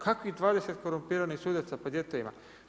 Kakvih 20 korumpiranih sudaca, pa gdje to ima.